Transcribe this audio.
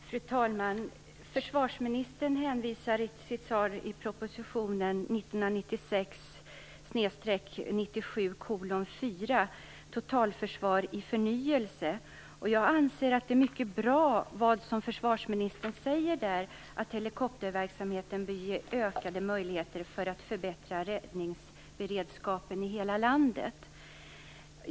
Fru talman! Försvarsministern hänvisar i sitt svar till proposition 1996/97:4 Totalförsvar i förnyelse. Jag anser att det som försvarsministern där säger är mycket bra, att helikopterverksamheten bör ges ökade möjligheter för att förbättra räddningsberedskapen i hela landet.